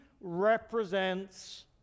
represents